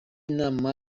nama